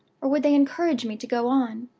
or would they encourage me to go on?